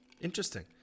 interesting